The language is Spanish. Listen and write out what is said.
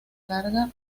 carga